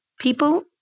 people